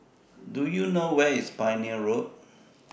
Do YOU know Where IS Pioneer Road